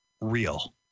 real